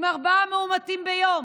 עם ארבעה מאומתים ביום